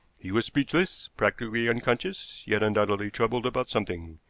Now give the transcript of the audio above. he was speechless, practically unconscious, yet undoubtedly troubled about something.